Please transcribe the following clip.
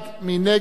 מי נמנע?